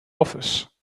office